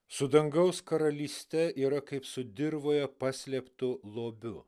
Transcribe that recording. su dangaus karalyste yra kaip su dirvoje paslėptu lobiu